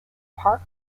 park